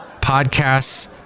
podcasts